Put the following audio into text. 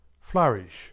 Flourish